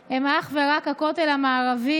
כאשר האינטרס של כולנו הוא לבוא ולהביא